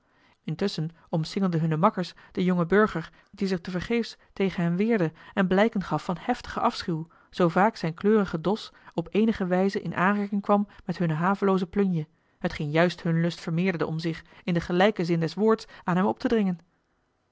intusschen omsingelden hunne makkers den jongen burger die zich tevergeefs tegen hen weerde en blijken gaf van heftigen afschuw zoo vaak zijn keurige dos op eenige wijze in aanraking kwam met hunne havelooze plunje hetgeen juist hun lust vermeerderde om zich in den eigenlijken zin des woords aan hem op te dringen